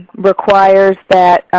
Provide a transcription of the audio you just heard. requires that